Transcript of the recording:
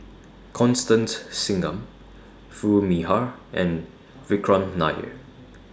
Constance Singam Foo Mee Har and Vikram Nair